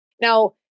Now